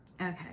okay